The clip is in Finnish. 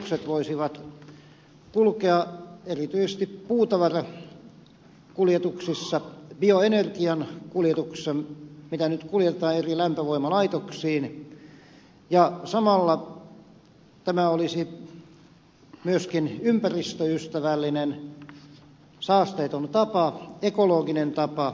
tällaiset kevytalukset voisivat kulkea erityisesti puutavarakuljetuksissa bioenergian kuljetuksissa mitä nyt kuljetetaan eri lämpövoimalaitoksiin ja samalla tämä olisi myöskin ympäristöystävällinen saasteeton tapa ekologinen tapa